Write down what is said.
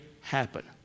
happen